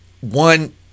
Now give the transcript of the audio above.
One